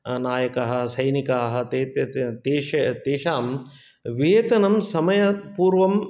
नायकः सैनिकाः ते ते तेष् तेषां वेतनं समयपूर्वम्